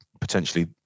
potentially